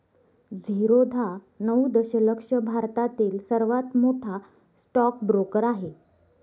झिरोधा नऊ दशलक्ष भारतातील सर्वात मोठा स्टॉक ब्रोकर आहे